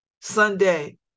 Sunday